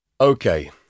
Okay